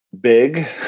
big